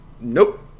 nope